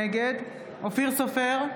נגד אופיר סופר,